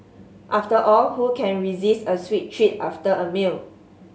after all who can resist a sweet treat after a meal